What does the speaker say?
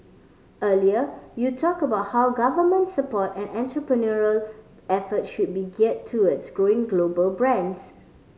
earlier you talked about how government support and entrepreneurial effort should be geared towards growing global brands